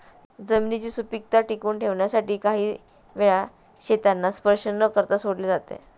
जमिनीची सुपीकता टिकवून ठेवण्यासाठी काही वेळा शेतांना स्पर्श न करता सोडले जाते